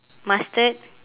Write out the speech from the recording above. mustard